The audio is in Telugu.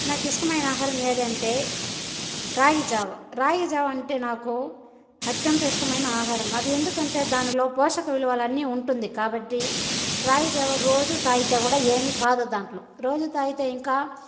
నాకిష్టమైన ఆహారం ఏది అంటే రాగి జావా రాగిజావ అంటే నాకు అత్యంత ఇష్టమైన ఆహారం అది ఎందుకంటే దానిలో పోషక విలువలు అన్నీ ఉంటుంది కాబట్టి రాగిజావ రోజు తాగితే కూడా ఏమీ కాదు దాంట్లో రోజు తాగితే ఇంకా